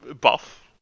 buff